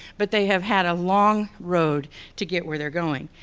but they have had a long road to get where they're going.